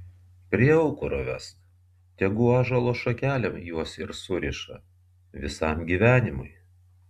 prie aukuro vesk tegu ąžuolo šakelėm juos ir suriša visam gyvenimui